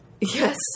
yes